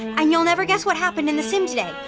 and you'll never guess what happened in the sim today.